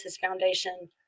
Foundation